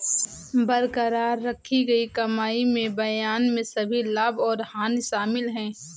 बरकरार रखी गई कमाई में बयान में सभी लाभ और हानि शामिल हैं